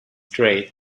trade